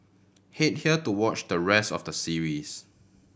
head here to watch the rest of the series